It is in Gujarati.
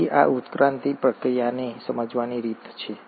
તેથી આ ઉત્ક્રાંતિ પ્રક્રિયાને સમજવાની રીતો છે